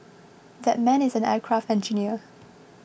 that man is an aircraft engineer